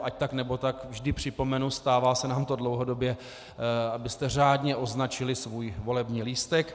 Ať tak nebo tak, vždy připomenu, stává se nám to dlouhodobě, abyste řádně označili svůj volební lístek.